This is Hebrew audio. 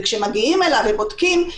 כשמגיעים אליו ובודקים,